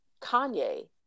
Kanye